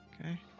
Okay